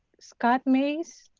scott mayes.